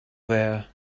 there